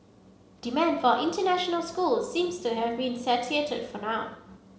demand for international schools seems to have been for now